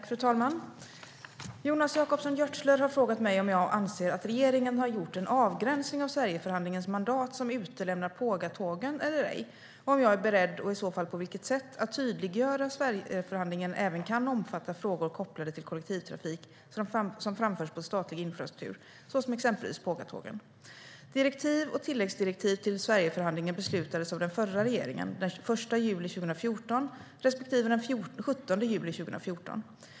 Fru talman! Jonas Jacobsson Gjörtler har frågat mig om jag anser att regeringen har gjort en avgränsning av Sverigeförhandlingens mandat som utelämnar pågatågen eller ej och om jag är beredd, och i så fall på vilket sätt, att tydliggöra att Sverigeförhandlingen även kan omfatta frågor kopplade till kollektivtrafik som framförs på statlig infrastruktur, exempelvis pågatågen. Direktiv och tilläggsdirektiv till Sverigeförhandlingen beslutades av den förra regeringen den 1 juli 2014 respektive den 17 juli 2014.